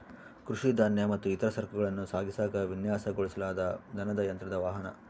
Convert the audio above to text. ಕೃಷಿ ಧಾನ್ಯ ಮತ್ತು ಇತರ ಸರಕುಗಳನ್ನ ಸಾಗಿಸಾಕ ವಿನ್ಯಾಸಗೊಳಿಸಲಾದ ದನದ ಯಂತ್ರದ ವಾಹನ